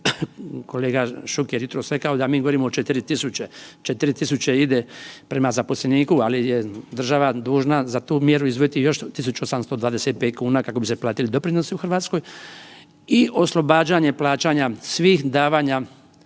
kolega Šuker jutros rekao da mi govorimo o 4.000, 4.000 ide prema zaposleniku ali je država dužna za tu mjeru izdvojiti još 1.825 kuna kako bi se platiti doprinosi u Hrvatskoj i oslobađanje plaćanja svih davanja